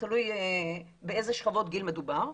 תלוי באיזה שכבות גיל מדובר.